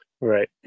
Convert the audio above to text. right